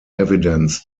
evidence